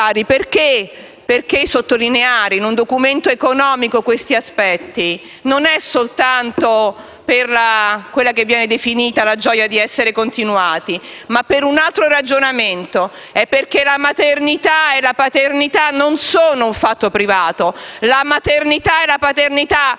sottolineare in un Documento economico questi aspetti? Non è soltanto per quella che viene definita la gioia di essere "continuati", ma per un altro ragionamento. È perché la maternità e la paternità non sono un fatto privato; la maternità e la paternità hanno